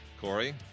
Corey